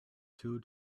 two